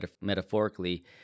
metaphorically